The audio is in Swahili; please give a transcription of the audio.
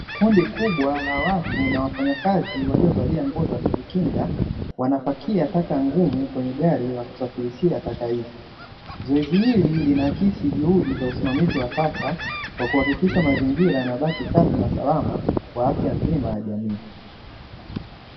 Kundi kubwa na watu na wafanyakazi waliovalia nguo za kujikinga wanapakia taka ngumu kwenye gari la kusafirishia taka hizo. Zoezi hilo linaakisi juhudi za usimamizi wa taka kwa kuhakikisha mazingira yanabaki safi na salama kwa afya nzima ya jamii.